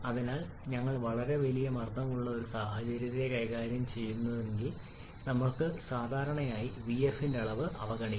അതിനാൽ ഞങ്ങൾ വളരെ ഉയർന്ന സമ്മർദ്ദമുള്ള ഒരു സാഹചര്യത്തെ കൈകാര്യം ചെയ്യുന്നില്ലെങ്കിൽ നമുക്ക് സാധാരണയായി vf ന്റെ അളവ് അവഗണിക്കാം